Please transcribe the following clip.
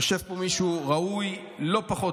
יושב פה מישהו ראוי לא פחות,